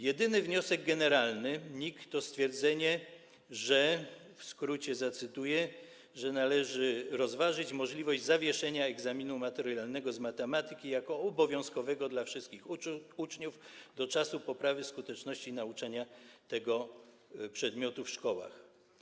Jedyny wniosek generalny NIK to stwierdzenie, że - w skrócie zacytuję - należy rozważyć możliwość zawieszenia egzaminu maturalnego z matematyki jako obowiązkowego dla wszystkich uczniów do czasu poprawy skuteczności nauczania tego przedmiotu w szkołach.